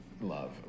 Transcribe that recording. love